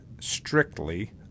strictly